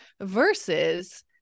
versus